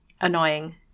annoying